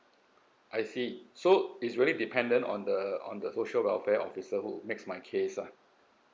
I see so is very dependent on the on the social welfare officer who makes my case lah